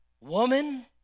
woman